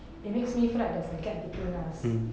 it makes me feel like there's a gap between us